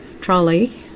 trolley